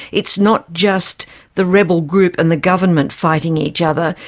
it's not just the rebel group and the government fighting each other,